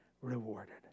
rewarded